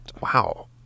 Wow